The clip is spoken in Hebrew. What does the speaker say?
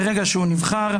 מרגע שהוא נבחר,